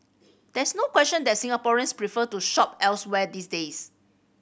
there is no question that Singaporeans prefer to shop elsewhere these days